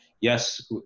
Yes